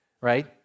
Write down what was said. right